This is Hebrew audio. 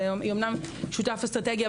היא אומנם שותף אסטרטגי,